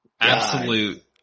Absolute